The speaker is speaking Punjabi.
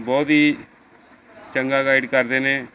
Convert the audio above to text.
ਬਹੁਤ ਹੀ ਚੰਗਾ ਗਾਈਡ ਕਰਦੇ ਨੇ